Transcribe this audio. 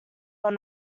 but